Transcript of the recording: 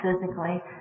physically